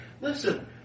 listen